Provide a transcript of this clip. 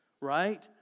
right